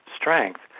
strength